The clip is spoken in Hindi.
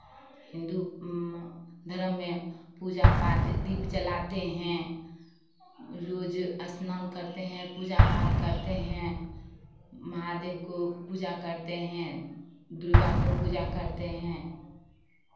हिन्दू धर्म में पूजा पाठ दीप जलाते हैं रोज स्नान करते हैं पूजा पाठ करते हैं महादेव को पूजा करते हैं दुर्गा को पूजा करते हैं